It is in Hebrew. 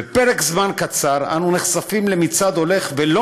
בפרק זמן קצר אנו נחשפים למצעד הולך ולא